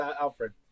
Alfred